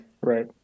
right